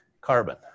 carbon